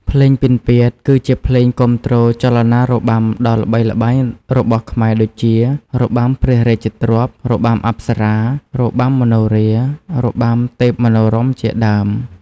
ភ្លេងពិណពាទ្យគឺជាភ្លេងគាំទ្រចលនារបាំដ៏ល្បីល្បាញរបស់ខ្មែរដូចជា របាំព្រះរាជទ្រព្យ របាំអប្សរា របាំមនោរាហ៍ របាំទេពមនោរម្យជាដើម។